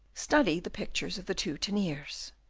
study the pictures of the two teniers.